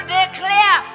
declare